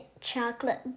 Chocolate